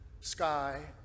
sky